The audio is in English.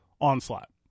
onslaught